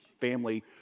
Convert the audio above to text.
family